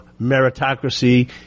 meritocracy